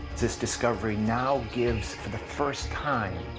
this discovery now gives, for the first time,